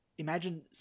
Imagine